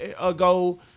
ago